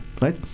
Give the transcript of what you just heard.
right